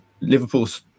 Liverpool's